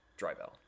Drybell